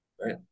Right